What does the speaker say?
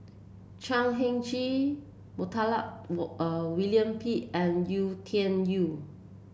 Chan Heng Chee Montague William Pett and Yau Tian Yau